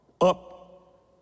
Up